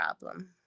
problem